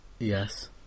Yes